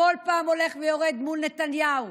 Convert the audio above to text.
כל פעם הולך ויורד מול נתניהו.